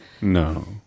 No